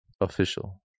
Official